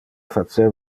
facer